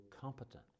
competent